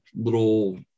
little